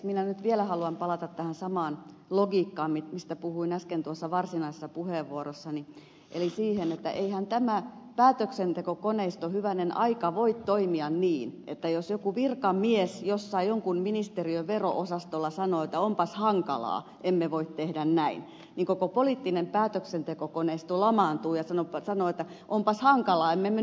minä nyt vielä haluan palata tähän samaan logiikkaan mistä puhuin äsken varsinaisessa puheenvuorossani eli siihen että eihän tämä päätöksentekokoneisto hyvänen aika voi toimia niin että jos joku virkamies jossain jonkun ministeriön vero osastolla sanoo että onpas hankalaa emme voi tehdä näin niin koko poliittinen päätöksentekokoneisto lamaantuu ja sanoo että onpas hankalaa emme me nyt näin voi tehdä